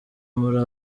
muri